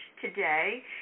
today